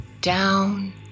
Down